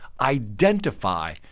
identify